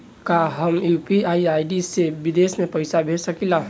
का हम यू.पी.आई खाता से विदेश में पइसा भेज सकिला?